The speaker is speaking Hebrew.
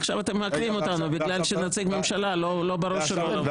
עכשיו אתם מעכבים אותנו בגלל שנציג ממשלה לא בראש שלו לבוא.